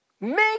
make